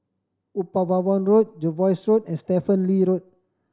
Upavon Road Jervois Close and Stephen Lee Road